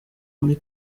muri